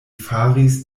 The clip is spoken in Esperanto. faris